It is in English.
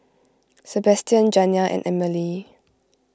Sebastian Janiah and Amalie